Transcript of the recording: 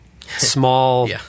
Small